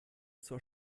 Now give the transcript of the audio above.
zur